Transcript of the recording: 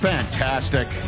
Fantastic